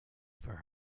for